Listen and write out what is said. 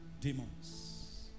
demons